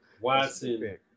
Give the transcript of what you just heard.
Watson